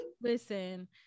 listen